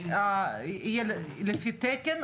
שיהיה לפי תקן,